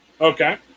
Okay